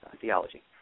Theology